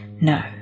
no